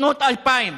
שנות ה-2000